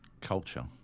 culture